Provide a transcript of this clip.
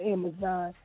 Amazon